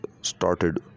started